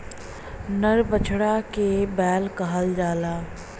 नर बछड़ा के बैल कहल जाला